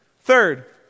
Third